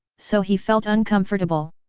so he felt uncomfortable.